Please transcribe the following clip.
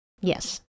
yes